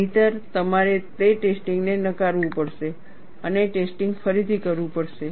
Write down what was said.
નહિંતર તમારે તે ટેસ્ટિંગ ને નકારવું પડશે અને ટેસ્ટિંગ ફરીથી કરવું પડશે